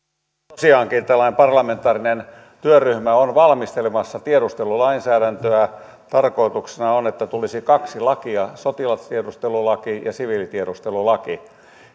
tosiaankin tällainen parlamentaarinen työryhmä on valmistelemassa tiedustelulainsäädäntöä tarkoituksena on että tulisi kaksi lakia sotilastiedustelulaki ja siviilitiedustelulaki